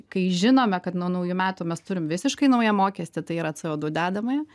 kai žinome kad nuo naujų metų mes turim visiškai naują mokestį tai yra co du dedamąją